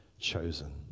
chosen